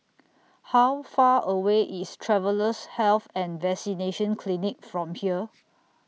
How Far away IS Travellers' Health and Vaccination Clinic from here